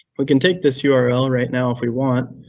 we can take this yeah url right now if we want,